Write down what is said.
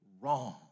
wrong